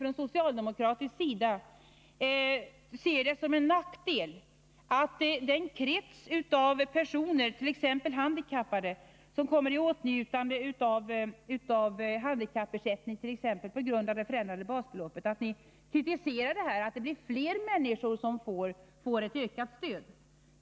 Från socialdemokratiskt håll kritiserar ni att det blir fler människor som får ökat stöd på grund av det förändrade basbeloppet, t.ex. att antalet handikappade som kommer i åtnjutande av handikappersättning blir flera. Hur kan det komma sig?